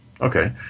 Okay